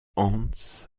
hans